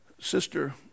sister